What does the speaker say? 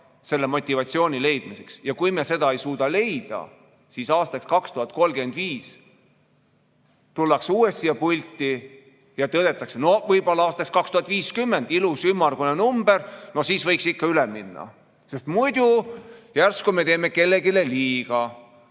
selle motivatsiooni leidmiseks. Ja kui me seda ei suuda leida, siis aastal 2035 tullakse uuesti siia pulti ja tõdetakse: võib-olla aastaks 2050 – ilus ümmargune number –, no siis võiks ikka üle minna. Muidu järsku me teeme kellelegi liiga,